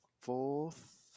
fourth